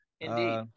Indeed